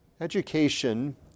Education